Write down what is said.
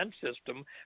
system